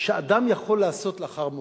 שאדם יכול לעשות לאחר מותו,